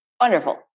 Wonderful